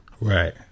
Right